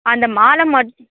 அந்த மாலை மட்